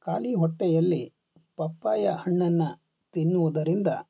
ಖಾಲಿ ಹೊಟ್ಟೆಯಲ್ಲಿ ಪಪ್ಪಾಯ ಹಣ್ಣನ್ನು ತಿನ್ನುವುದರಿಂದ